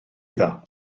iddo